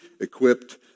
equipped